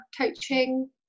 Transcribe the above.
Coaching